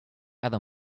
other